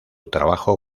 trabajo